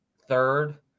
third